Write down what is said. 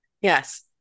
Yes